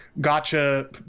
gotcha